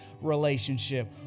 relationship